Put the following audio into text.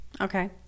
Okay